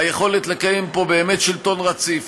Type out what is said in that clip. היכולת לקיים פה באמת שלטון רציף,